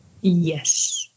Yes